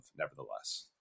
nevertheless